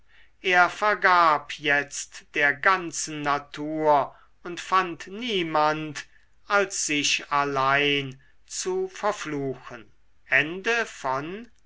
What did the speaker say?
er vergab jetzt der ganzen natur und fand niemand als sich allein zu verfluchen